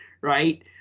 right